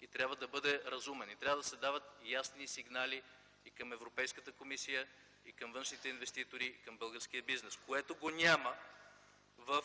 и трябва да бъде разумен, и трябва да се дават ясни сигнали и към Европейската комисия, и към външните инвеститори, и към българския бизнес, което го няма в